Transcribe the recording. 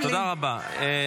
תודה רבה.